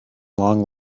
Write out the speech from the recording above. long